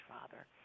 Father